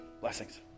Blessings